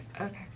okay